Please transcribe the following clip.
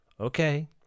Okay